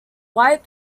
white